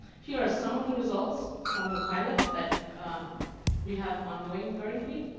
here are some of the results from the pilot that we have ongoing currently.